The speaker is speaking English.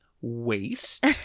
waste